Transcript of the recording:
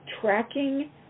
tracking